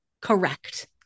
Correct